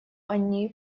они